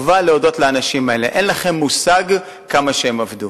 אין לכם מושג כמה שהם עבדו,